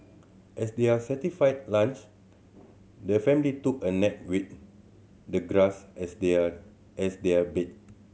as their satisfy lunch the family took a nap with the grass as their as their bed